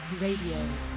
Radio